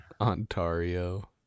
Ontario